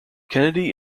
kennedy